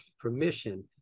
permission